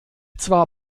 zwar